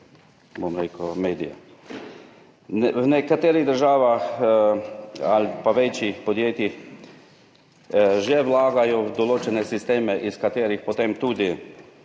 V nekaterih državah ali pa večjih podjetjih že vlagajo v določene sisteme, iz katerih si potem tudi